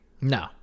No